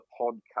podcast